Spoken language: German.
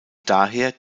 daher